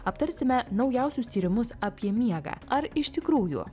aptarsime naujausius tyrimus apie miegą ar iš tikrųjų